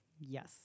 Yes